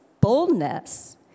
boldness